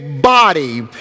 body